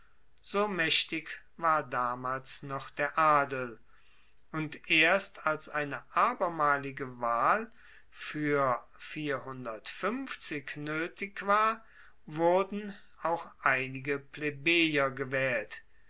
so maechtig war damals noch der adel und erst als eine abermalige wahl fuer noetig ward wurden auch einige plebejer gewaehlt